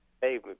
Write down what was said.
hey